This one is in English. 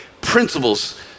principles